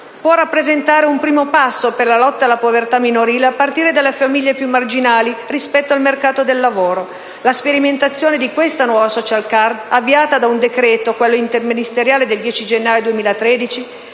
questa ottica un primo passo per la lotta alla povertà minorile, a partire dalle famiglie più marginali, rispetto al mercato del lavoro. La sperimentazione di questa nuova *social card*, avviata dal decreto interministeriale del 10 gennaio 2013,